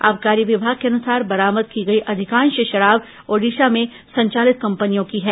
आबकारी विभाग के अनुसार बरामद की गई अधिकांश शराब ओडिशा में संचालित कंपनियों की है